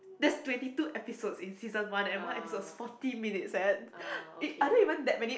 that's twenty two episodes in season one and one episode is forty minutes eh are there even that many